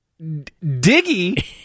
Diggy